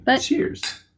Cheers